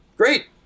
Great